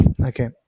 Okay